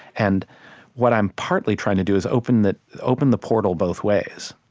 and what i'm partly trying to do is open the open the portal both ways,